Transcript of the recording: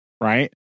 right